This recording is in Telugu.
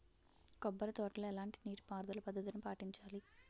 కొబ్బరి తోటలో ఎలాంటి నీటి పారుదల పద్ధతిని పాటించాలి?